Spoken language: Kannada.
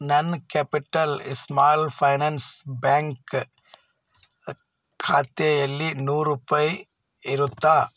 ನನ್ನ ಕ್ಯಾಪಿಟಲ್ ಸ್ಮಾಲ್ ಫೈನಾನ್ಸ್ ಬ್ಯಾಂಕ್ ಖಾತೆಯಲ್ಲಿ ನೂರು ರೂಪಾಯಿ ಇರುತ್ತಾ